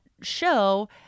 show